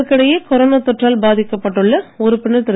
இதற்கிடையே கொரோனா தொற்றால் பாதிக்கப் பட்டுள்ள உறுப்பினர் திரு